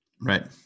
Right